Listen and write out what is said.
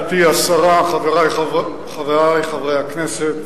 גברתי השרה, חברי חברי הכנסת,